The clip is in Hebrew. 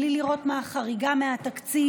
בלי לראות מה החריגה מהתקציב,